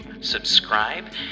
subscribe